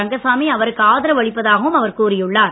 ரங்கசாமி அவருக்கு ஆதரவு அளிப்பதாகவும் அவர் கூறியுள்ளார்